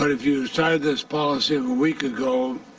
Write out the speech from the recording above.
but if you decided this policy a week ago,